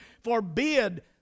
forbid